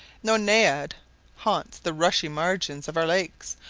no naiad haunts the rushy margin of our lakes,